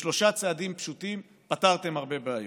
ובשלושה צעדים פשוטים פתרתם הרבה בעיות.